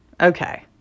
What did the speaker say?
Okay